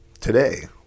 Today